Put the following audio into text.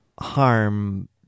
harm